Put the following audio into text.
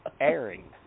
airing